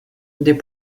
des